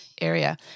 area